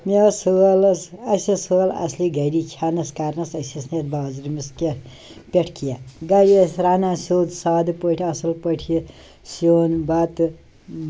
مےٚ ٲسۍ ہٲلۍ حظ اَسہِ ٲسۍ ہٲلۍ اصٕلی گَری کھیٚنَس کرنَس أسۍ ٲسۍ نہٕ یَتھ بازرِمِس کیٚںہہ پٮ۪ٹھ کیٚنہہ گری ٲسۍ رَنان سیُن سادٕ پٲٹھۍ اَصٕل پٲٹھۍ یہِ سیُن بَتہٕ